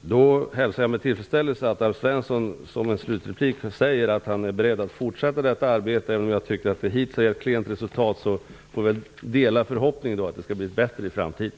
Fru talman! Då hälsar jag med tillfredsställelse att Alf Svensson, som han i sitt slutinlägg här sade, är beredd att fortsätta detta arbete. Även om jag hittills tycker att resultatet är klent delar jag förhoppningen att det skall bli bättre i framtiden.